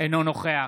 אינו נוכח